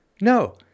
no